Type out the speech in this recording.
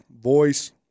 voice